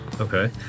Okay